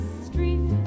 street